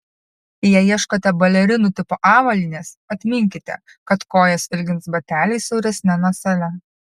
jei ieškote balerinų tipo avalynės atminkite kad kojas ilgins bateliai siauresne nosele